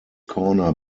corner